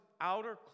outer